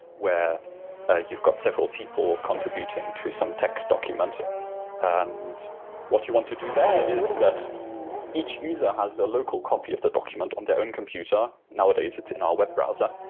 where you've got several people contributing to some text document and what you want to do there is that each user has a local copy of the document on their own computer. nowadays, it's in our browser.